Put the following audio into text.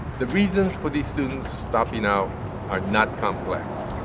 the reasons for these students dropping out are not complex.